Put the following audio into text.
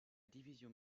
division